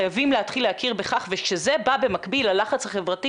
חייבים להתחיל להכיר בכך וכשזה בא במקביל ללחץ החברתי